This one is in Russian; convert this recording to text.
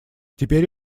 теперь